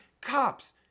cops